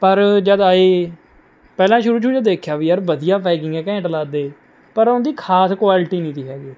ਪਰ ਜਦੋਂ ਆਏ ਪਹਿਲਾਂ ਸ਼ੁਰੂ ਸ਼ੁਰੂ 'ਚ ਦੇਖਿਆ ਵੀ ਯਾਰ ਵਧੀਆ ਪੈਕਿੰਗ ਹੈ ਘੈਂਟ ਲੱਗਦੇ ਪਰ ਉਹਨਾਂ ਦੀ ਖਾਸ ਕੁਆਲਟੀ ਨਹੀਂ ਤੀ ਹੈਗੀ